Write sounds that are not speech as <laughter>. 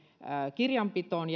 kirjanpitoon <unintelligible>